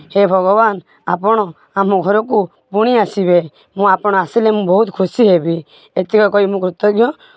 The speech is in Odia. ହେ ଭଗବାନ ଆପଣ ଆମ ଘରକୁ ପୁଣି ଆସିବେ ମୁଁ ଆପଣ ଆସିଲେ ମୁଁ ବହୁତ ଖୁସି ହେବି ଏତିକ କହି ମୁଁ କୃତଜ୍ଞ